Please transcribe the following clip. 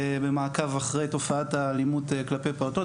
במעקב אחרי תופעת האלימות כלפי פעוטות,